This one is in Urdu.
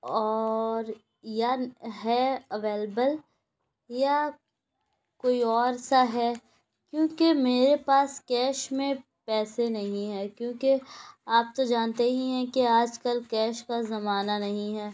اور یا ہے اویلبل یا کوئی اور سا ہے کیونکہ میرے پاس کیش میں پیسے نہیں ہے کیونکہ آپ تو جانتے ہی ہیں کہ آج کل کیش کا زمانہ نہیں ہے